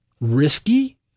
risky